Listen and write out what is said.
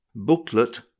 Booklet